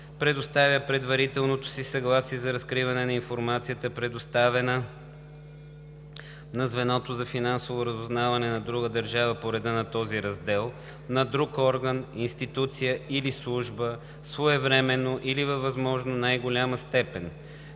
предоставя предварителното си съгласие за разкриване на информацията, предоставена на звеното за финансово разузнаване на друга държава по реда на този раздел, на друг орган, институция или служба своевременно и във възможно най-голяма степен.